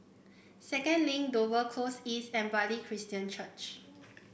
Second Link Dover Close East and Bartley Christian Church